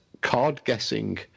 card-guessing